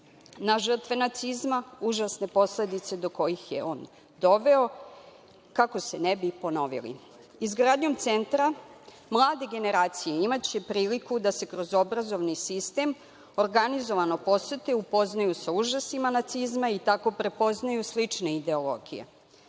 na žrtve nacizma, užasne posledice do kojih je on doveo kako se ne bi ponovili. Izgradnjom centra, mlade generacije imaće priliku da kroz obrazovni sistem organizovano posete i upoznaju sa užasima nacizma i tako prepoznaju slične ideologije.